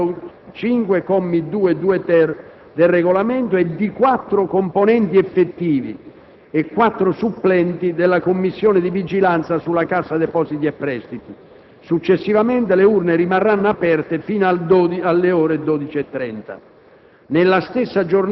ai sensi dell'articolo 5, commi 2-*bis* e 2-*ter*, del Regolamento, e di quattro componenti effettivi e quattro supplenti della Commissione di vigilanza sulla Cassa depositi e prestiti. Successivamente le urne rimarranno aperte fino alle ore 12,30.